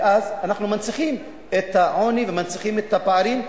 וכך אנחנו מנציחים את העוני ומנציחים את הפערים,